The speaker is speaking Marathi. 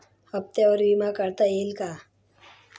हप्त्यांवर विमा काढता येईल का?